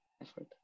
effort